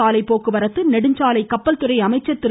சாலைப்போக்குவரத்து நெடுஞ்சாலை கப்பல் துறை மக்கிய அமைச்சர் திரு